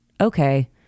okay